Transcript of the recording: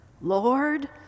Lord